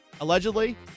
allegedly